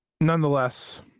Nonetheless